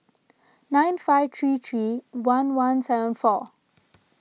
nine five three three one one seven four